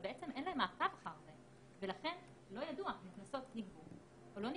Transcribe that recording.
אבל בעצם אין להם מעקב אחר זה ולכן לא ידוע אם הקנסות נגבו או לא נגבו.